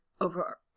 over